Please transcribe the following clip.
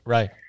Right